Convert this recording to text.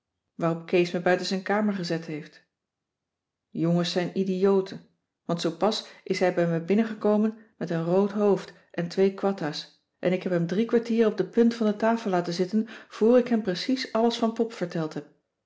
waarop kees me buiten zijn kamer gezet heeft jongens zijn idioten want zoo pas is hij bij me binnengekomen met een rood hoofd en twee kwatta's en ik heb hem drie kwartier op de punt van de tafel laten zitten vor ik hem precies alles van pop verteld heb